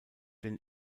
den